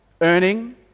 earning